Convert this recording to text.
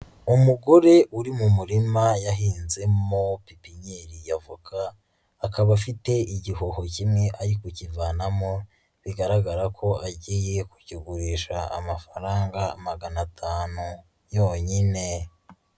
Umugore uri mu murima yahinzemo pipinyeri ya avoka, akaba afite igihoho kimwe ari kukivanamo bigaragara ko agiye kukigurisha amafaranga magana atanu yonyine.